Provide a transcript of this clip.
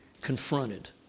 confronted